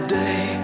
day